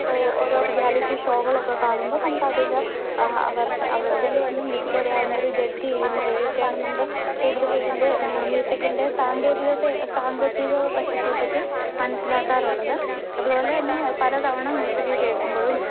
ഓ ഓരോ റിയാലിറ്റി ഷോകളൊക്കെ കാണുമ്പോള് നമുക്കതില് അതില് വന്ന് മ്യൂസിക് അറിയാവുന്നവര് ജെഡ്ജ്ജ് ചെയ്യുന്നവഴിയൊക്കെയാണ് നമ്മള് കൂടുതല് ഇതിന്റെ മ്യൂസിക്കിന്റെ സാങ്കേതികത്തെ സാങ്കത്തിക വശത്തെപ്പറ്റി മനസ്സിലാക്കാറുള്ളത് അതുപോലെതന്നെ പലതവണ മ്യൂസിക് കേള്ക്കുമ്പോഴും